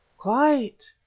quite.